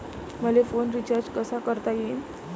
मले phone recharge कसा करता येईन?